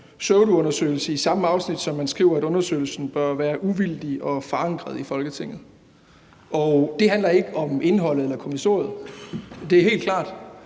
»pseudoundersøgelse« i samme afsnit, som man skriver, at undersøgelsen bør være uvildig og forankret i Folketinget, og det handler ikke om indholdet eller kommissoriet. Det er helt klart,